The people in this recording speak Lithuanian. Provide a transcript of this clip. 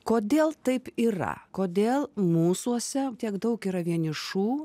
kodėl taip yra kodėl mūsuose tiek daug yra vienišų